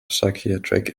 psychiatric